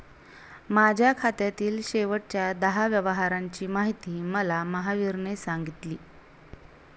माझ्या खात्यातील शेवटच्या दहा व्यवहारांची माहिती मला महावीरने सांगितली